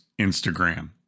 Instagram